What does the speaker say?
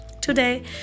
Today